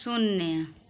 शून्य